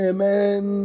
Amen